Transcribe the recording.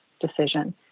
decision